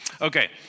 Okay